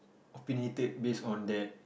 opinionated based on that